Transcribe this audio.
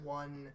one